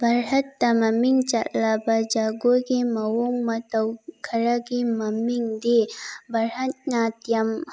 ꯚꯥꯔꯠꯇ ꯃꯃꯤꯡ ꯆꯠꯂꯕ ꯖꯒꯣꯏꯒꯤ ꯃꯑꯣꯡ ꯃꯇꯧ ꯈꯔꯒꯤ ꯃꯃꯤꯡꯗꯤ ꯚꯥꯔꯠ ꯅꯥꯇꯤꯌꯝ